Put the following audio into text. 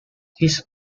his